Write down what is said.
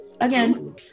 again